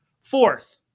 fourth